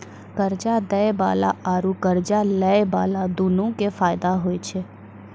कर्जा दै बाला आरू कर्जा लै बाला दुनू के फायदा होय छै